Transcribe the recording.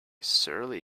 surly